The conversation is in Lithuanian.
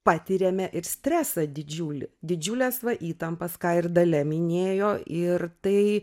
patiriame ir stresą didžiulį didžiules įtampas ką ir dalia minėjo ir tai